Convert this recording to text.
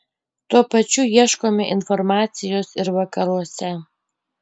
tuo pačiu ieškome informacijos ir vakaruose